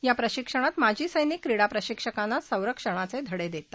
या प्रशिक्षणात माजी सैनिक क्रीडा प्रशिक्षकांना स्वसंरक्षणाच धिडद्वित